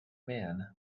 man